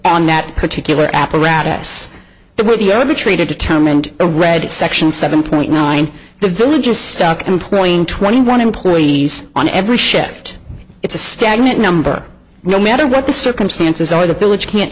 on that particular apparatus that would be ever treated determined to read section seven point nine the village is stuck employing twenty one employees on every shift it's a stagnant number no matter what the circumstances are the village can't